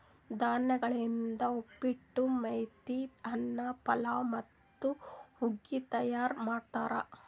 ಧಾನ್ಯಗೊಳಿಂದ್ ಉಪ್ಪಿಟ್ಟು, ಮೇತಿ ಅನ್ನ, ಪಲಾವ್ ಮತ್ತ ಹುಗ್ಗಿ ತೈಯಾರ್ ಮಾಡ್ತಾರ್